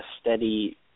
steady